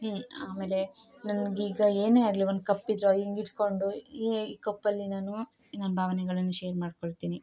ಹ್ಞೂ ಆಮೇಲೆ ನನಗೀಗ ಏನೆ ಆಗಲಿ ಒಂದು ಕಪ್ಪಿದ್ರು ಹಿಂಗಿಟ್ಕೊಂಡು ಈ ಕಪ್ಪಲ್ಲಿ ನಾನು ನನ್ನ ಭಾವನೆಗಳನ್ನು ಶೇರ್ ಮಾಡಿಕೊಳ್ತೀನಿ